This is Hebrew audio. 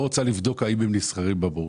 רוצה לבדוק אם הקרנות נסחרות בבורסה.